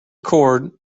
cord